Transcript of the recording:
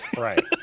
Right